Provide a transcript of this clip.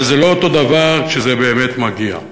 אבל זה לא אותו דבר כשזה באמת מגיע.